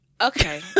okay